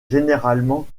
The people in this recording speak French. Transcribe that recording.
généralement